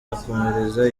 akomereza